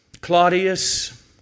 Claudius